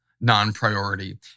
non-priority